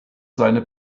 seine